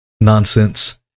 nonsense